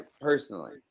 personally